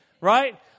right